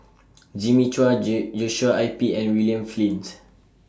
Jimmy Chua Joshua Ip and William Flint